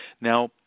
Now